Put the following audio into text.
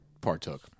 partook